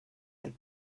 like